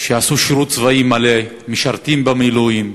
שעשו שירות צבאי מלא, משרתים במילואים,